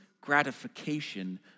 gratification